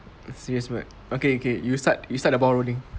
serious what okay okay you start you start the ball rolling